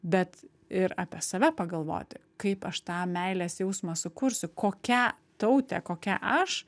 bet ir apie save pagalvoti kaip aš tą meilės jausmą sukursiu kokia tautė kokia aš